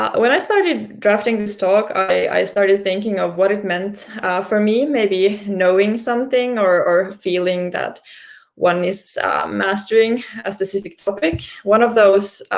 um when i started drafting this talk, i started thinking of what it meant for me, maybe knowing something, or feeling one is mastering a specific topic. one of those